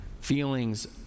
Feelings